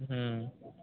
হুম